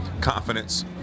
confidence